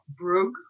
Brug